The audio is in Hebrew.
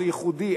זה ייחודי.